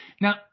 now